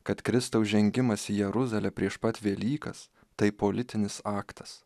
kad kristaus žengimas į jeruzalę prieš pat velykas tai politinis aktas